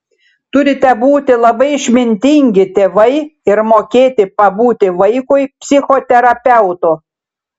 turite būti labai išmintingi tėvai ir mokėti pabūti vaikui psichoterapeutu